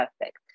perfect